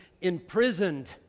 imprisoned